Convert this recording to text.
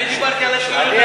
אני דיברתי על הציונות הדתית,